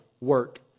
work